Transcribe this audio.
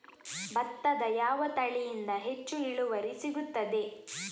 ಭತ್ತದ ಯಾವ ತಳಿಯಿಂದ ಹೆಚ್ಚು ಇಳುವರಿ ಸಿಗುತ್ತದೆ?